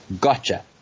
gotcha